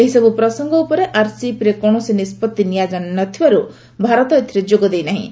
ଏହିସବ୍ ପ୍ରସଙ୍ଗ ଉପରେ ଆର୍ସିଇପିରେ କୌଣସି ନିଷ୍କଭି ନିଆଯାଇ ନ ଥିବାର ଭାରତ ଏଥିରେ ଯୋଗଦେଇ ନାହିଁ